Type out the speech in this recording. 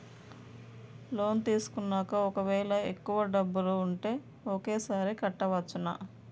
Loan తీసుకున్నాక ఒకవేళ ఎక్కువ డబ్బులు ఉంటే ఒకేసారి కట్టవచ్చున?